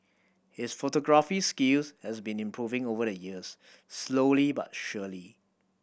his photography skills have been improving over the years slowly but surely